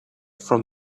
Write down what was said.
from